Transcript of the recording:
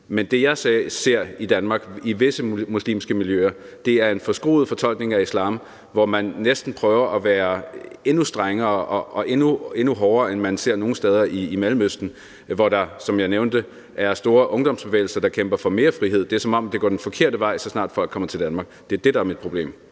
men det, jeg ser i Danmark i visse muslimske miljøer, er en forskruet fortolkning af islam, hvor man næsten prøver at være endnu strengere og endnu hårdere, end vi ser nogen steder i Mellemøsten, hvor der, som jeg nævnte, er store ungdomsbevægelser, der kæmper for mere frihed. Det er, som om det går den forkerte vej, så snart folk kommer til Danmark. Det er det, der er mit problem.